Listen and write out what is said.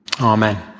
Amen